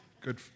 good